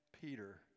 Peter